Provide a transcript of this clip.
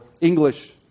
English